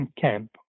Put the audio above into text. camp